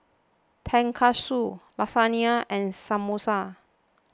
Tonkatsu Lasagne and Samosa